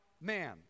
man